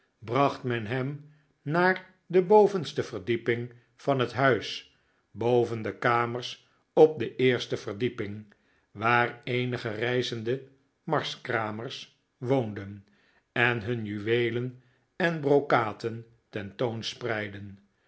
bracht men hem naar de bovenste verdieping van het huis boven de kamers op de eerste verdieping waar eenige reizende marskramers woonden en hun juweelen en brokaten